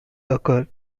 occur